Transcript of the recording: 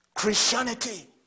Christianity